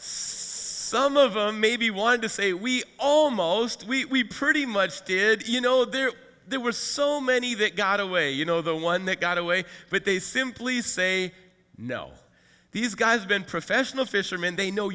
some of them maybe want to say we almost we pretty much did you know there there were so many that got away you know the one that got away but they simply say no these guys been professional fishermen they know